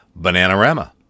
Bananarama